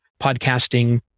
podcasting